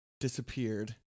disappeared